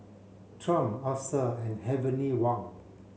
Triumph Acer and Heavenly Wang